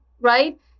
Right